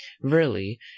verily